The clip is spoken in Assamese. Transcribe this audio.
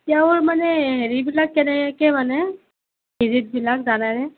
তেওঁৰ মানে হেৰিবিলাক কেনেকৈ মানে ভিজিটবিলাক জানেনে